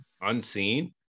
unseen